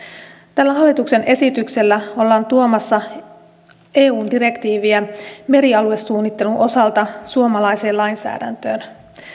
tällä hallituksen esityksellä ollaan tuomassa eu direktiiviä merialuesuunnittelun osalta suomalaiseen lainsäädäntöön